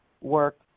work